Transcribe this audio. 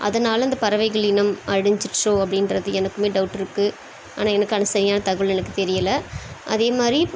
அதனால இந்த பறவைகள் இனம் அழிஞ்சிருச்சோ அப்படின்றது எனக்குமே டவுட்ருக்கு ஆனால் எனக்கு அது சரியான தகவல் எனக்கு தெரியலை அதே மாதிரி